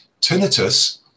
Tinnitus